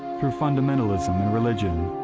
through fundamentalism in religion,